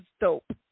dope